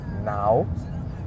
now